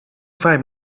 find